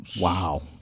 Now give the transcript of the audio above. Wow